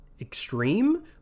extreme